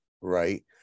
right